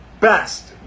best